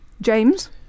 James